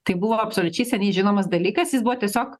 tai buvo absoliučiai seniai žinomas dalykas jis buvo tiesiog